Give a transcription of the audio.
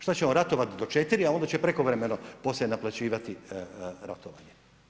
Šta ćemo ratovati do 4, a onda će prekovremeno poslije naplaćivati ratovanje?